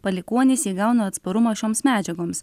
palikuonys įgauna atsparumą šioms medžiagoms